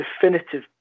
definitive